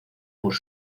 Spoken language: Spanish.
por